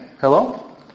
Hello